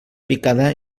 picada